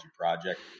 Project